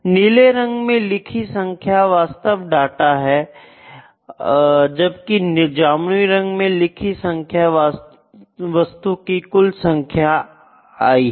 नीले रंग में लिखी संख्याएं वास्तविक डाटा हैं जबकि जामुनी रंग में लिखी संख्याएं वस्तुओं की कुल संख्या आए हैं